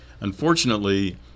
unfortunately